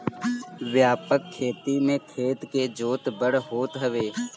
व्यापक खेती में खेत के जोत बड़ होत हवे